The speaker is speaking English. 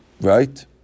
Right